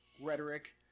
rhetoric